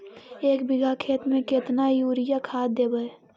एक बिघा खेत में केतना युरिया खाद देवै?